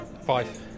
Five